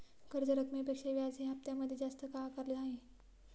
कर्ज रकमेपेक्षा व्याज हे हप्त्यामध्ये जास्त का आकारले आहे?